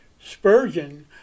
Spurgeon